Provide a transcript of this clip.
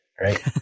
right